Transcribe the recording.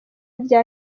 rya